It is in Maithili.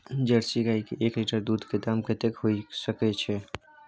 जर्सी गाय के एक लीटर दूध के दाम कतेक होय सके छै?